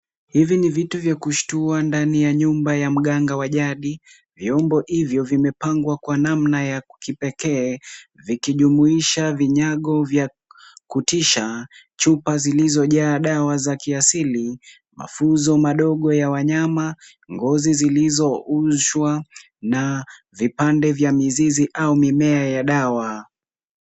Hivi ni viti vya kushtua ndani ya nyumba ya mganga wa jadi. Vyombo hivyo vimepangwa kwa namna ya kipekee vikijumuisha vinyago vya kutosha, chupa zilizojaa dawa za kiasili, mafuzo madogo ya wanyama ,ngozi zilizokaushwa na vipande vya mizizi au vipande vya dawa.